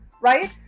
right